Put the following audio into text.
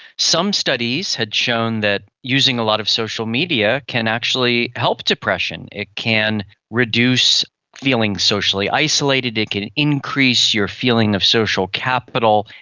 some studies had shown that using a lot of social media can actually help depression, it can reduce feeling socially isolated, it can increase your feeling of social capital,